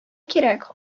кирәк